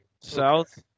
South